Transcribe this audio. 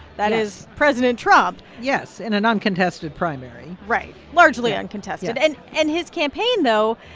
that is president trump yes, in an uncontested primary right, largely uncontested. and and his campaign, though,